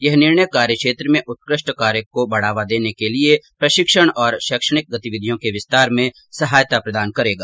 यह निर्णय कार्य क्षेत्र में उत्कृष्ट कार्य को बढ़ावा देने के लिए प्रशिक्षण और शैक्षिक गतिविधियों के विस्तार में सहायता प्रदान करेगा